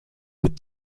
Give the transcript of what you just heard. with